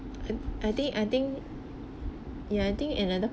I I think I think yeah I think another